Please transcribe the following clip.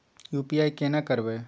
UPI केना करबे?